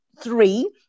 three